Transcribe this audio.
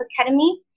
Academy